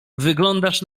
wyglądasz